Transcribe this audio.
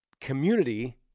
community